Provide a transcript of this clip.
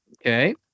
Okay